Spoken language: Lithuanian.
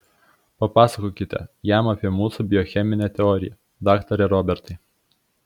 papasakokite jam apie mūsų biocheminę teoriją daktare robertai